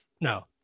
No